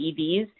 EVs